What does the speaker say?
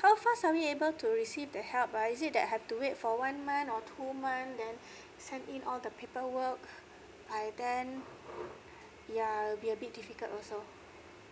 how fast are we able to receive the help ah is it that I have to wait for one month or two month then send in all the paperwork by then yeah will be a bit difficult also